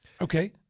Okay